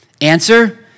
Answer